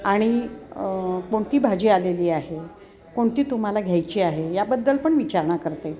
आणि कोणती भाजी आलेली आहे कोणती तुम्हाला घ्यायची आहे याबद्दल पण विचारणा करते